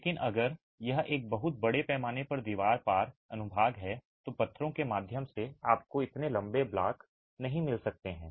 लेकिन अगर यह एक बहुत बड़े पैमाने पर दीवार पार अनुभाग है तो पत्थरों के माध्यम से आपको इतने लंबे ब्लॉक नहीं मिल सकते हैं